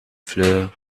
fleurs